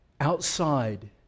outside